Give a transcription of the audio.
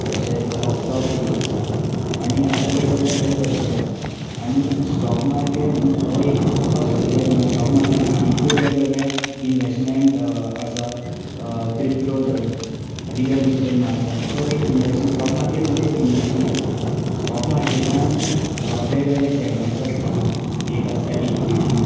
तशेंच अपस्टोक्स आसा आनी आतां वेगवेगळे तरेतरेचे येता आनी स्टोक मार्केट हो एकूच असो सबजेक्ट ना स्टोक मार्केटान आनिकूय वेगवेगळे इनवेस्टमेंट आसा क्रिप्टो धर रियल इस्टेट म्हूण आसा सो एक स्टोक मार्केट म्हणजे एक इनवेस्टमेंट स्टोक मार्केटान वेगवेगळे सेगमेंट आसात एक आसता इक्विटी